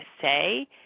say